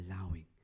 allowing